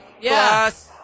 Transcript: Yes